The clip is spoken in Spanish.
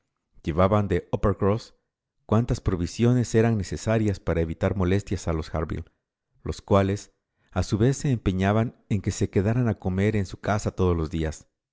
llevaban de uppercross cuantas provisiones eran necesarias para evitar molestias a los harville los cuates a su vez se empeñaban en que se quedaran a comer en su casa todos los días